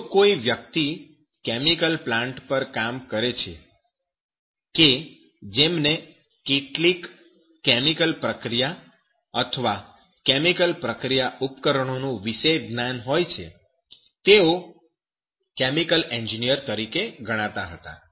જો કોઈ વ્યક્તિ કેમિકલ પ્લાન્ટ પર કામ કરે છે કે જેમને કેટલીક કેમિકલ પ્રક્રિયા અથવા કેમિકલ પ્રક્રિયા ઉપકરણો નું વિશેષ જ્ઞાન હોય તો તેઓ કેમિકલ એન્જિનિયર તરીકે ગણાતા હતા